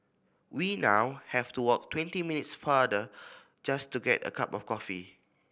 we now have to walk twenty minutes farther just to get a cup of coffee